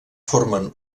formen